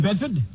Bedford